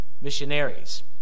missionaries